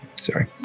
sorry